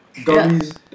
gummies